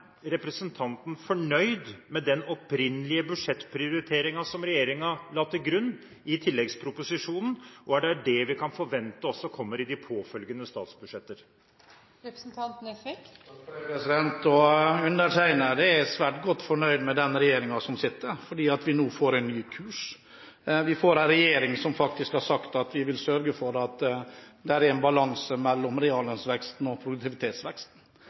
representanten fornøyd med den opprinnelige budsjettprioriteringen som regjeringen la til grunn i tilleggsproposisjonen, og er det det vi kan forvente også kommer i de påfølgende statsbudsjetter? Undertegnede er svært godt fornøyd med den sittende regjeringen, fordi vi nå får en ny kurs. Vi har en regjering som faktisk har sagt at den skal sørge for at det er balanse mellom reallønnsveksten og produktivitetsveksten.